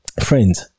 friends